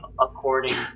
according